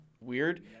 weird